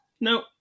no